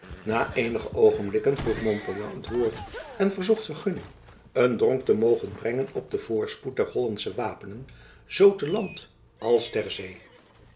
na eenige oogenblikken vroeg montpouillan het woord en verzocht vergunning een dronk te mogen brengen op den voorspoed der hollandsche wapenen zoo te land als ter zee